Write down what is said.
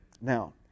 Now